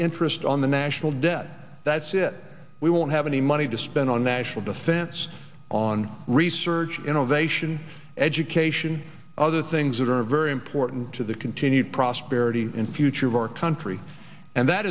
interest on the national debt that's it we won't have any money to spend on national defense on research innovation education other things that are very important to the continued prosperity in future of our country and that